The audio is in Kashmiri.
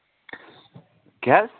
کیاہ حظ